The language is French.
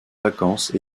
vacances